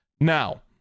Now